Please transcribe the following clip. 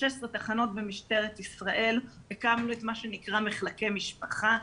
ב-16 תחנות במשטרת ישראל הקמנו את מה שנקרא מחלקי משפחה.